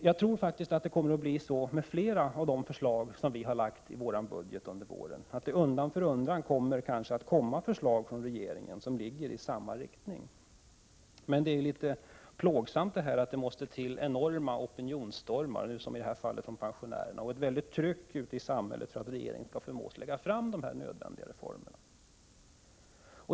Jag tror att det blir så med flera av de förslag som vi har lagt fram i vår budget under våren, att det undan för undan kommer förslag från regeringen på samma områden. Det är plågsamt att notera att det måste till enorma opinionsstormar, i detta fall från pensionärerna, och ett starkt tryck ute i samhället för att regeringen skall förmås föreslå dessa nödvändiga reformer.